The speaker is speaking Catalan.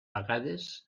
vegades